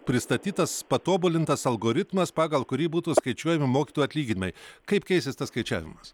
pristatytas patobulintas algoritmas pagal kurį būtų skaičiuojami mokytojų atlyginimai kaip keisis tas skaičiavimas